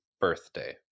birthday